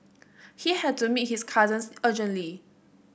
he had to meet his cousin urgently